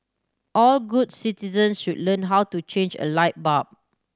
all good citizen should learn how to change a light bulb